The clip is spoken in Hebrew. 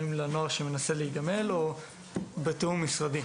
לנוער שמנסה להיגמל או בתיאום משרדי?